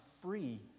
free